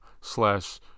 slash